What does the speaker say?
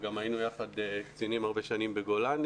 וגם היינו יחד קצינים הרבה שנים בגולני